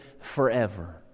forever